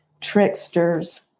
Tricksters